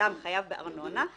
כשאדם חייב בארנונה,